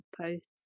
posts